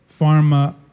Pharma